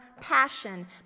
passion